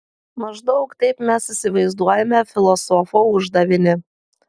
maždaug taip mes įsivaizduojame filosofo uždavinį